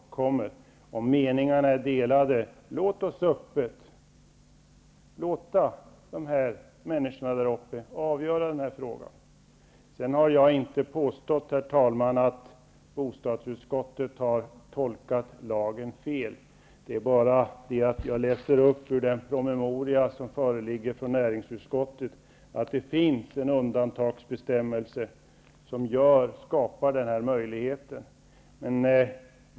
Om meningarna är delade, låt då människorna där uppe avgöra frågan! Sedan har jag inte påstått att bostadsutskottet har tolkat lagen fel. Jag läser bara i den promemoria som föreligger från näringsutskottet att det finns en undantagsbestämmelse som skapar möjlighet att utvinna mineraltillgångar m.m. i särskilt angelägna fall.